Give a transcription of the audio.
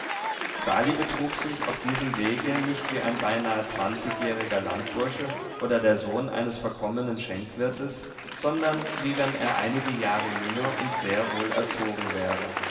sali betrug sich auf diesem wege nicht wie ein beinahe zwanzigjähriger landbursche oder der sohn eines verkommenen schenkwirtes sondern wie wenn er einige jahre jünger und sehr wohlerzogen wäre